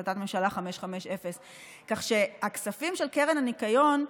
החלטת ממשלה 550. כך שהכספים של קרן הניקיון,